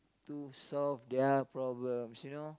to solve their problems you know